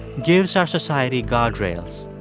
gives our society guardrails.